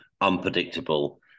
Unpredictable